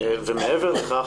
ומעבר לכך,